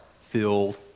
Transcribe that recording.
filled